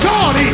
God